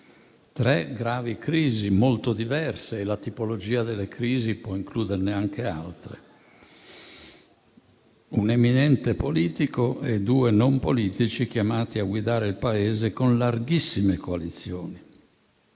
tre gravi crisi molto diverse (la tipologia delle crisi può includerne anche altre), un eminente politico e due non politici chiamati a guidare il Paese con larghissime coalizioni.